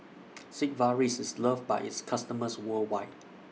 Sigvaris IS loved By its customers worldwide